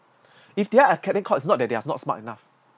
if they are getting caught it's not that they are not smart enough